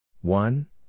One